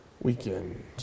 weekend